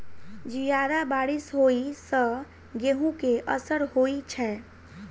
जियादा बारिश होइ सऽ गेंहूँ केँ असर होइ छै?